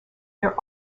there